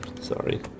sorry